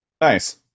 Nice